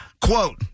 Quote